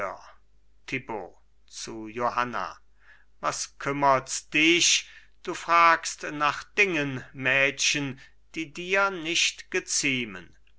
zu johanna was kümmerts dich du fragst nach dingen mädchen die dir nicht geziemen